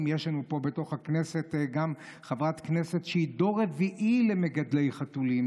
אם יש לנו פה בתוך הכנסת גם חברת הכנסת שהיא דור רביעי למגדלי חתולים,